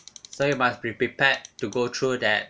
so you must be prepared to go through that